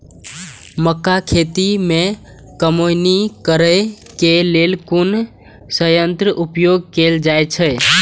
मक्का खेत में कमौनी करेय केय लेल कुन संयंत्र उपयोग कैल जाए छल?